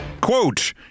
Quote